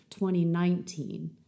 2019